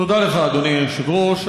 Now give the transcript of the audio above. תודה לך, אדוני היושב-ראש.